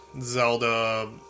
Zelda